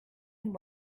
and